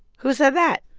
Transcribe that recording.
who said that?